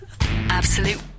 Absolute